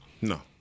no